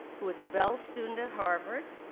who was a bell student at harvard,